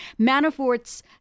Manafort's